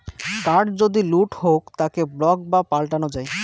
card যদি লুট হউক তাকে ব্লক বা পাল্টানো যাই